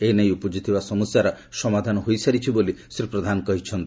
ଏ ନେଇ ଉପୁଜିଥିବା ସମସ୍ୟାର ସମାଧାନ ହୋଇସାରିଛି ବୋଲି ଶ୍ରୀ ପ୍ରଧାନ କହିଛନ୍ତି